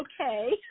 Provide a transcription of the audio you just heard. okay